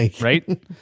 right